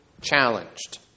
challenged